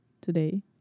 today